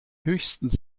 höchstens